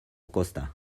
costa